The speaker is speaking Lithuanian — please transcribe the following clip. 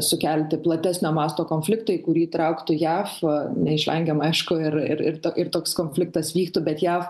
sukelti platesnio masto konfliktą į kurį trauktų jav neišvengiama aišku ir ir ir ir toks konfliktas vyktų bet jav